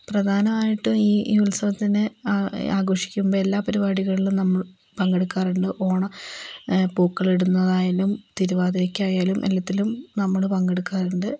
പ്രധാനമായിട്ടും ഈ ഉത്സവത്തിന് ആഘോഷിക്കുമ്പോൾ എല്ലാ പരിപാടികളിലും നമ്മൾ പങ്കെടുക്കാറുണ്ട് ഓണ പൂക്കൾ ഇടുന്നതായാലും തിരുവാതിരയ്ക്കായാലും എല്ലാത്തിലും നമ്മൾ പങ്കെടുക്കാറുണ്ട്